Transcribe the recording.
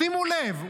שימו לב,